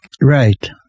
Right